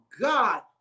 God